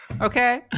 Okay